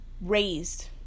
raised